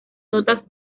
notas